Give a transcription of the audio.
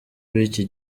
b’iki